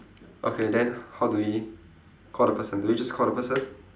okay then how do we call the person do we just call the person